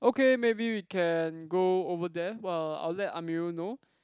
okay maybe we can go over there while I'll let Amirul know